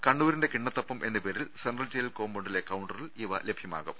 കണ്ണൂരിന്റെ കിണ്ണത്തപ്പം എന്ന പേരിൽ central jail കോമ്പൌണ്ടിലെ കൌണ്ടറിൽ ഇവ ലഭ്യമായിരിക്കും